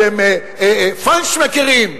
אתם "פיינשמקרים".